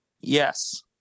Yes